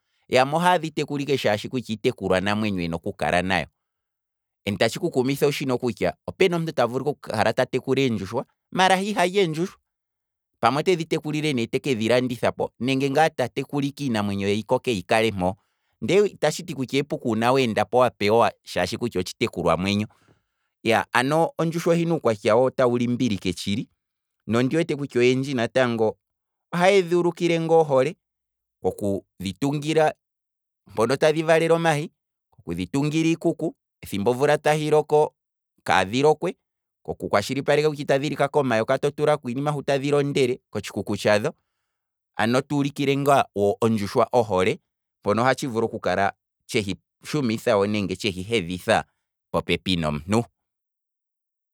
Yamwe ohaye dhi tekula ike shaashi iitekulwa namwenyo yena oku kala nayo, tatshi ku kumitha ooshino kutya, opena omuntu ta vulu okukala ta tekula eendjushwa, maala he ihali eendjushwa, pamwe otedhi tekulile ne tekedhi landithapo nenge ngaa ta tekulaike iinamwenyo ye yi kokeyi kale mpoo, nde ita tshiti kutya epuko uuna weendapo wa pewa shaashi kutya otshi tekulwa mwenyo, ano ondjushwa ohina uukwatya tawu limbilike tshili, nondi wete kutya oyendji natango ohaye dhi ulukile ngaa ohole okudhi tungila mpono tadhi valele omahi, okudhi tungila iikuku ethimbo ovula tahi loko kaadhi lokwe, oku kwatshilipaleka kutya itadhi lika komayoka, to tulako iinima hoka tadhi londele kotshikuku tsha dho, ano tuulikile ngaa ondjushwa ohole mpono ohatshi vulu okukala tshehi shu mitha wo nenge tshehi hedhitha popepi nomuntu.